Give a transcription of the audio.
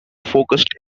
focused